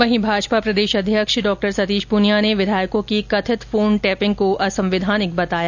वहीं भाजपा प्रदेश अध्यक्ष डॉ सतीश पूनिया ने विधायकों की कथित फोन टैपिंग को असंवैधानिक बताया